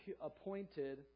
appointed